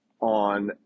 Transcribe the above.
on